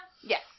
Yes